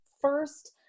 first